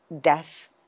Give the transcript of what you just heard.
death